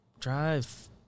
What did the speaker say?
drive